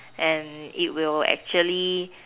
and it will actually